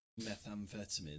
methamphetamine